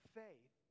faith